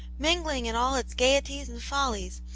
mingling in all its gaieties and follies,